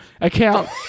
account